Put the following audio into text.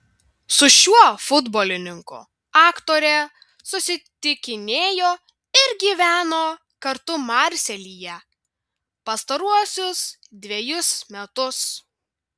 su šiuo futbolininku aktorė susitikinėjo ir gyveno kartu marselyje pastaruosius dvejus metus